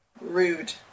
rude